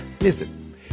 Listen